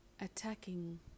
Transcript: attacking